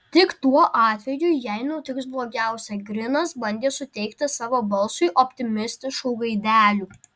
tik tuo atveju jei nutiks blogiausia grinas bandė suteikti savo balsui optimistiškų gaidelių